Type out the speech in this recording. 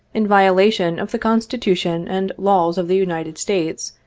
in violation of the constitution and laws of the united states,